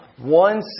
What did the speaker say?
one